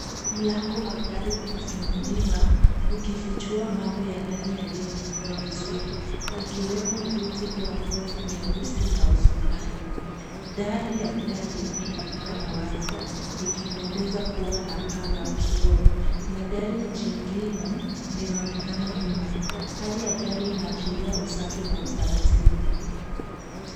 Mlango wa gari umefunguliwa ukifichua mambo ya ndani yaliyotunzwa vizuri, ikiwemo viti vya ngozi nyeusi na usukani. Dari ya gari inaonekana wazi ikipendeza kuwa na paa la kioo, na gari jingine linaonekana nyuma. Hali ya gari linaashiria usafi na utaratibu.